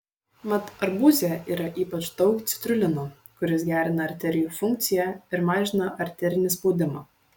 mat arbūze yra ypač daug citrulino kuris gerina arterijų funkciją ir mažina arterinį spaudimą